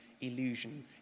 illusion